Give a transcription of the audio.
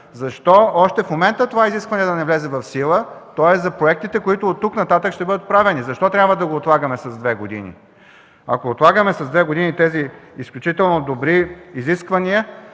Защо още в момента това изискване да не влезе в сила? То е за проектите, които оттук нататък ще бъдат правени. Защо трябва да го отлагаме с две години? Ако отлагаме с две години тези изключително добри изисквания,